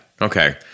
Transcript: Okay